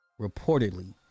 Reportedly